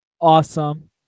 Awesome